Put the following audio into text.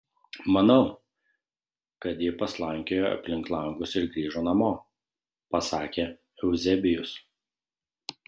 manau kad ji paslankiojo aplink langus ir grįžo namo pasakė euzebijus